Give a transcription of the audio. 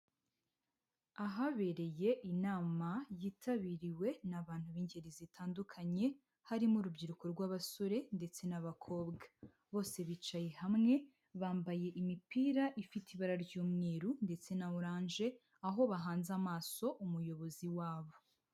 Ahabereye inama yitabiriwe n' abantu b'ingeri zitandukanye, harimo urubyiruko rw'abasore ndetse n'abakobwa, bose bicaye hamwe bambaye imipira ifite ibara ry'umweruru ndetse na oranje, aho bahanze amaso umuyobozi wabo.